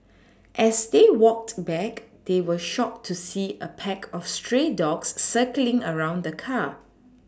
as they walked back they were shocked to see a pack of stray dogs circling around the car